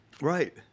Right